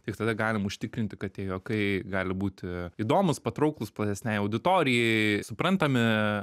tik tada galim užtikrinti kad tie juokai gali būti įdomūs patrauklūs platesnei auditorijai suprantami